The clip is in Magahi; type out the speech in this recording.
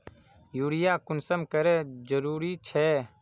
यूरिया कुंसम करे जरूरी छै?